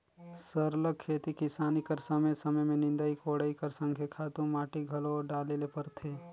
सरलग खेती किसानी कर समे समे में निंदई कोड़ई कर संघे खातू माटी घलो डाले ले परथे